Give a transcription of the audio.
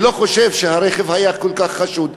אני לא חושב שהרכב היה כל כך חשוד,